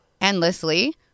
endlessly